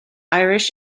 irish